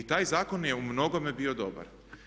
I taj zakon je u mnogome bio dobar.